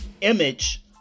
image